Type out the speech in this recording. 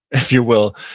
if you will.